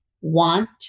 want